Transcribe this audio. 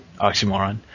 oxymoron